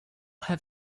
have